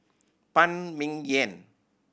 Phan Ming Yen